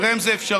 נראה אם זה אפשרי.